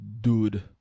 dude